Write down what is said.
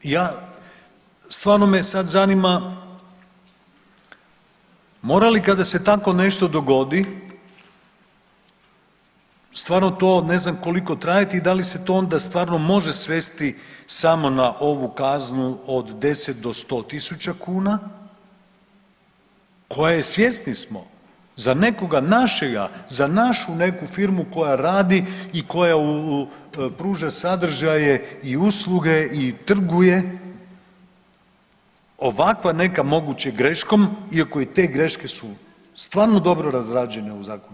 Ja, stvarno me sada zanima mora li kada se takvo nešto dogodi stvarno to ne znam koliko trajati i da li se to onda stvarno može svesti samo na ovu kaznu od 10 do 100 tisuća kuna koja je svjesni smo za nekoga našega, za našu neku firmu koja radi i koja pruža sadržaje i usluge i trguje ovakva neka moguće greškom iako i te greške su stvarno dobro razrađene u zakonu.